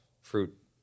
Fruit